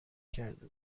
کرده